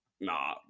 nah